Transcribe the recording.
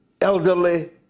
elderly